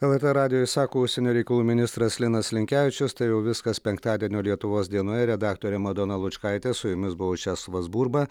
lrt radijui sako užsienio reikalų ministras linas linkevičius tai jau viskas penktadienio lietuvos dienoje redaktorė madona lučkaitė su jumis buvau česlovas burba